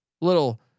little